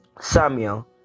Samuel